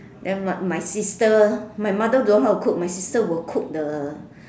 then my my sister my mother don't know how to cook my sister would cook the